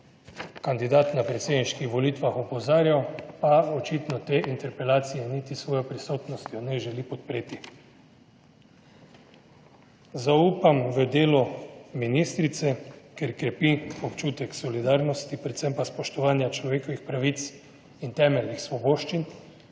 kandidat na predsedniških volitvah opozarjal, pa očitno te interpelacije niti s svojo prisotnostjo ne želi podpreti. Zaupam v delu ministrice, ker krepi občutek solidarnosti, predvsem pa spoštovanja človekovih pravic in temeljnih svoboščin